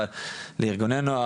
אבל לארגוני נוער,